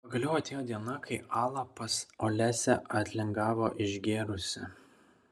pagaliau atėjo diena kai ala pas olesią atlingavo išgėrusi